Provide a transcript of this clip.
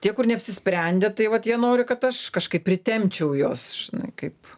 tie kur neapsisprendę tai vat jie nori kad aš kažkaip pritempčiau juos žinai kaip